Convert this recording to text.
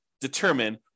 determine